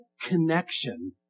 connection